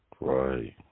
Right